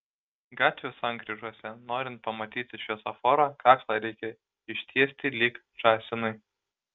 gatvių sankryžose norint pamatyti šviesoforą kaklą reikia ištiesti lyg žąsinui